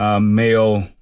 male